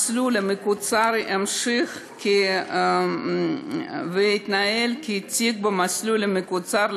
ימשיך ויתנהל כתיק במסלול המקוצר,